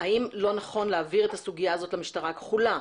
האם לא נכון להעביר את הסוגיה הזאת למשטרה הכחולה,